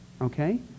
okay